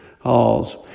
halls